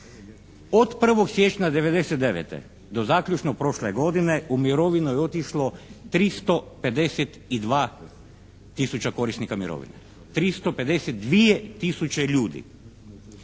Od 1. siječnja 99. do zaključno prošle godine u mirovinu je otišlo 352 tisuće korisnika mirovine. 352 tisuće ljudi.